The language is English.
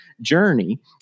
journey